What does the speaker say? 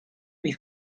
with